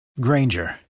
Granger